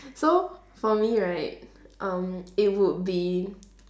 so for me right um it would be